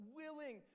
willing